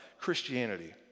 Christianity